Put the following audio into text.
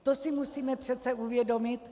To si musíme přece uvědomit.